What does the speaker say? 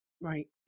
Right